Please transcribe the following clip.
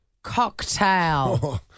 Cocktail